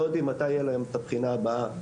הם לא יודעים מתי תהיה להם הבחינה הבאה,